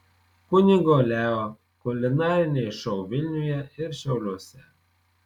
kunigo leo kulinariniai šou vilniuje ir šiauliuose